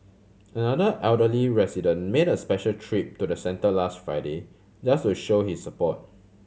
another elderly resident made a special trip to the centre last Friday just to show his support